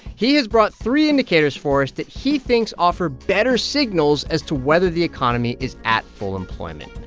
he has brought three indicators for us that he thinks offer better signals as to whether the economy is at full employment.